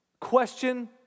question